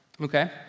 okay